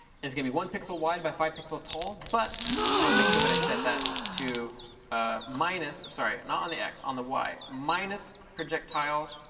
it's going to be one pixel wide by five pixels tall. but i want to make sure that i set that to ah minus sorry, not on the x, on the y minus projectile